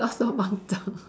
all so